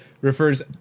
refers